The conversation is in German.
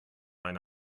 eine